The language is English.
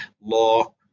law